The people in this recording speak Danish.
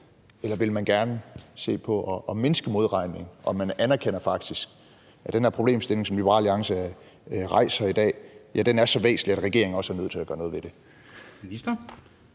Eller vil man gerne se på at mindske modregning, så man faktisk anerkender, at den her problemstilling, som Liberal Alliance rejser i dag, er så væsentlig, at regeringen også er nødt til at gøre noget ved det?